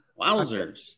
Wowzers